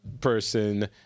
person